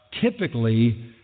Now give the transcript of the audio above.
typically